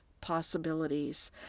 possibilities